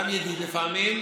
גם ידיד לפעמים,